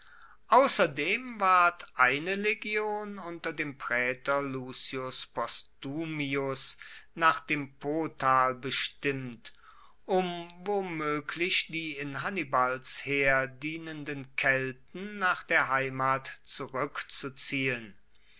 ausserdem ward eine legion unter dem praetor lucius postumius nach dem potal bestimmt um womoeglich die in hannibals heer dienenden kelten nach der heimat zurueckzuziehen